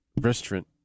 Restaurant